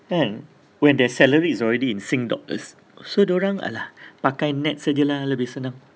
kan when their salary is already in sing dollars so dorang !alah! pakai Nets aje lah lebih senang